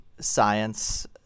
science